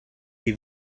qui